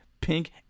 pink